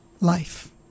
life